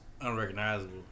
unrecognizable